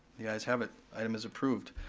the ayes have it. item is approved.